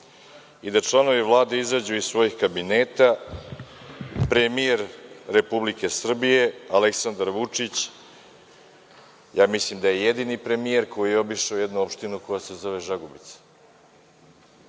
i da članovima Vlade izađu iz svojih kabineta, premijer Republike Srbije, Aleksandar Vučić, mislim da je jedini premijer koji je obišao jednu opštinu koja se zove Žagubica,